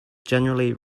generally